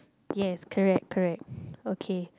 yes correct correct okay